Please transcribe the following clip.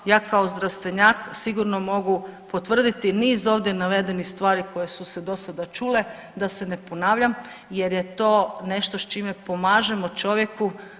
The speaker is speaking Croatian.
Ja kao zdravstvenjak sigurno mogu potvrditi niz ovdje navedenih stvari koje su se do sada čule da se ne ponavljam jer je to nešto s čime pomažemo čovjeku.